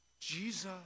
Jesus